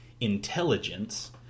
intelligence